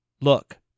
look